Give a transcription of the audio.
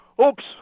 Oops